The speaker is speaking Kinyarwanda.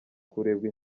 kurebwa